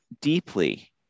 deeply